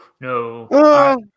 no